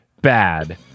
bad